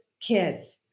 kids